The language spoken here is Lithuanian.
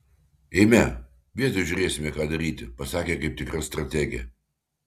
eime vietoj žiūrėsime ką daryti pasakė kaip tikra strategė